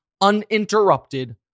uninterrupted